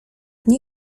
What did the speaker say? nie